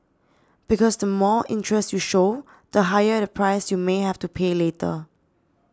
because the more interest you show the higher the price you may have to pay later